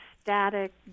static